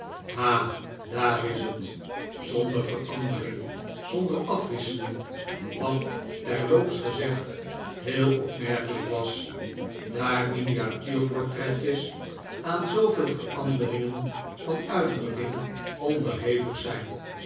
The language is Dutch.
ha daar is het zonder verandering zonder afwisseling wat terloops gezegd heel opmerkelijk was daar miniatuurportretjes aan zooveel veranderingen van uitdrukking onderhevig zijn